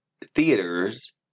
theaters